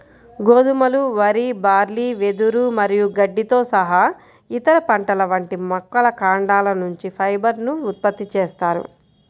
గోధుమలు, వరి, బార్లీ, వెదురు మరియు గడ్డితో సహా ఇతర పంటల వంటి మొక్కల కాండాల నుంచి ఫైబర్ ను ఉత్పత్తి చేస్తారు